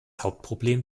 hauptproblem